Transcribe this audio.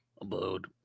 abode